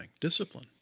Discipline